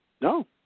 No